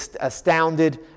astounded